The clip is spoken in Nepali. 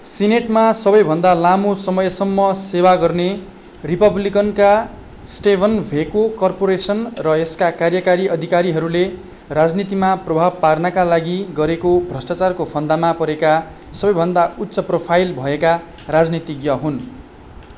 सिनेटमा सबैभन्दा लामो समयसम्म सेवा गर्ने रिपब्लिकनका स्टेभन भेको कर्पोरेसन र यसका कार्यकारी अधिकारीहरूले राजनीतिमा प्रभाव पार्नका लागि गरेको भ्रष्टाचारको फन्दामा परेका सबैभन्दा उच्च प्रोफाइल भएका राजनीतिज्ञ हुन्